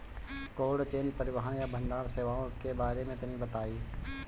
Cold chain परिवहन या भंडारण सेवाओं के बारे में तनी बताई?